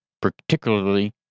particularly